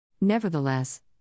Nevertheless